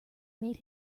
made